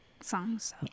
songs